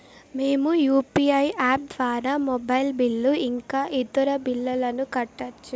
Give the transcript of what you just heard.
మేము UPI app ద్వారా mobile bill ఇంకా ఇతర బిల్లులను కట్టొచ్చు